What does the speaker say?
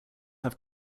have